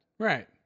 Right